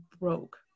broke